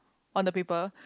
on the paper